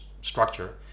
structure